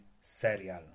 serial